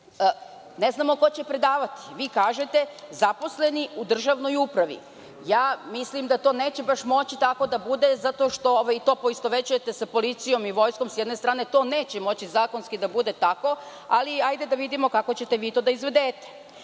Ne znamo ko će predavati. Vi kažete – zaposleni u državnoj upravi. Mislim da to neće moći baš tako da bude, zato što to poistovećujete sa policijom i vojskom. S jedne strane, to neće moći zakonski da bude tako, ali hajde da vidimo kako ćete vi to da izvedete.